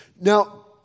Now